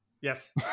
Yes